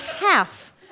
half